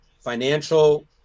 financial